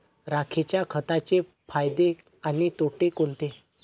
राखेच्या खताचे फायदे आणि तोटे कोणते?